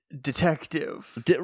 Detective